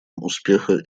успеха